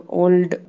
old